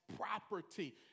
property